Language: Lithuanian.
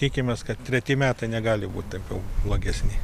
tikimės kad treti metai negali būt taip jau blogesni